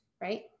right